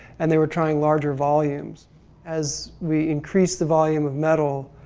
and they were trying larger volumes as we increased the volume of metal